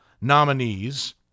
nominees